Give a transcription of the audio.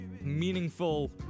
meaningful